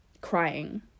crying